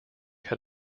had